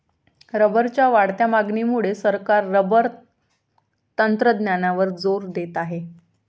रबरच्या वाढत्या मागणीमुळे सरकार रबर तंत्रज्ञानावर जोर देत आहे